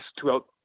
throughout